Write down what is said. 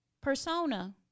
Persona